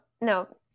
no